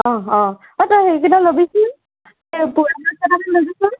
অহ অহ অ' তই হেৰি কেইটা ল'বিচোন